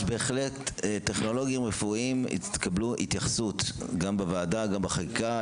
טכנולוגים רפואיים יקבלו התייחסות גם בוועדה וגם בחקיקה.